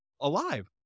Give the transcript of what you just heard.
alive